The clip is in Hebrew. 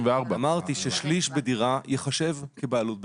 אמרנו ששליש בדירה ייחשב כבעלות בדירה,